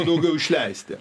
daugiau išleisti